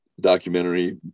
documentary